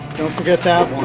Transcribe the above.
don't forget that one!